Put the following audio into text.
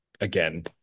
again